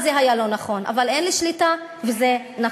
אז זה היה לא נכון, אבל אין לי שליטה, וזה נכון.